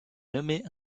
nommé